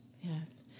Yes